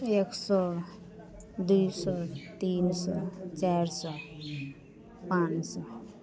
एक सओ दुइ सओ तीन सओ चारि सओ पाँच सओ